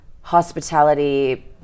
hospitality